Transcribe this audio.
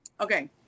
Okay